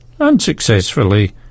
unsuccessfully